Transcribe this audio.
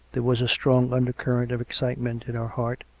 there was a strong undercurrent of excitement in her heart,